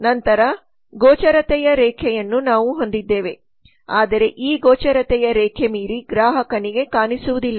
ನಂತರ ಗೋಚರತೆಯ ರೇಖೆಯನ್ನು ನಾವು ಹೊಂದಿದ್ದೇವೆ ಆದರೆ ಈ ಗೋಚರತೆಯ ರೇಖೆ ಮೀರಿ ಗ್ರಾಹಕನಿಗೆ ಕಾಣಿಸುವುದಿಲ್ಲ